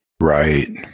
Right